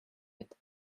yet